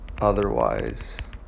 otherwise